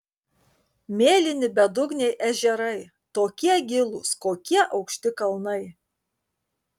mėlyni bedugniai ežerai tokie gilūs kokie aukšti kalnai